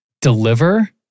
deliver